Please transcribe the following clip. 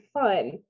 fun